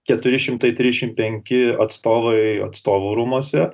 keturi šimtai trisdešimt penki atstovai atstovų rūmuose